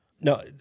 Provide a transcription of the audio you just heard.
No